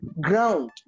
Ground